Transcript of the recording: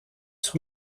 sur